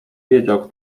wiedział